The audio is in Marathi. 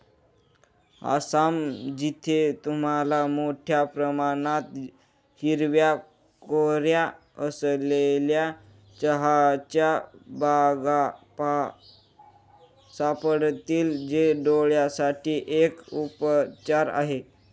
आसाम, जिथे तुम्हाला मोठया प्रमाणात हिरव्या कोऱ्या असलेल्या चहाच्या बागा सापडतील, जे डोळयांसाठी एक उपचार आहे